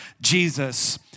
Jesus